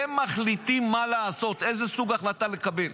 הם מחליטים מה לעשות, איזו סוג החלטה לקבל.